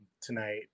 tonight